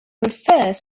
refers